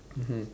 mmhmm